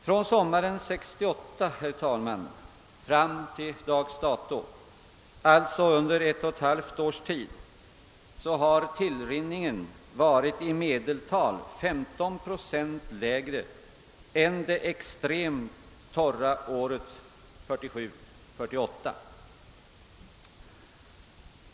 Från sommaren 1968 fram till dags dato — alltså under ett och ett halvt års tid — har tillrinningen varit i medeltal 15 procent lägre än det extremt torra året 1947—-1948.